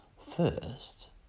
first